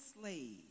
slave